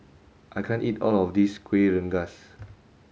I can't eat all of this Kuih Rengas